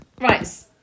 Right